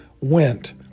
went